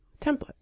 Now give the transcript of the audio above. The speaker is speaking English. template